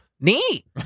Neat